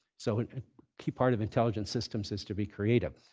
so a key part of intelligent systems is to be creative.